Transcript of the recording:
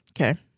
Okay